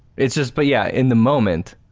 it's just but yeah, in the moment,